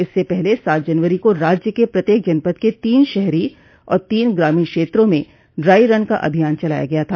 इससे पहले सात जनवरी को राज्य के प्रत्येक जनपद के तीन शहरी और तीन ग्रामीण क्षेत्रों में ड्राई रन का अभियान चलाया गया था